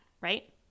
Right